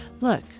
Look